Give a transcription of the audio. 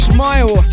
Smile